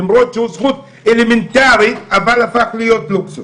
למרות שהוא זכות אלמנטרית, אבל הפך להיות לוקסוס.